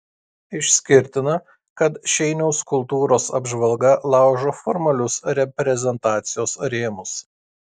išskirtina kad šeiniaus kultūros apžvalga laužo formalius reprezentacijos rėmus